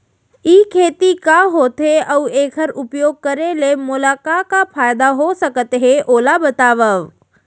ई खेती का होथे, अऊ एखर उपयोग करे ले मोला का का फायदा हो सकत हे ओला बतावव?